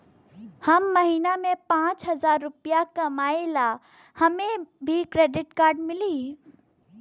हम महीना में पाँच हजार रुपया ही कमाई ला हमे भी डेबिट कार्ड मिली?